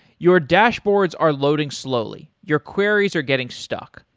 your dashboards are loading slowly, your queries are getting stuck,